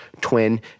twin